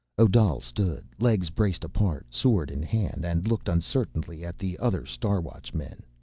odal stood, legs braced apart, sword in hand, and looked uncertainly at the other star watchman.